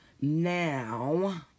Now